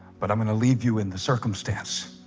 but i'm gonna leave you in the circumstance